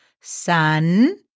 sun